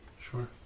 sure